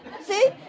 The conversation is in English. See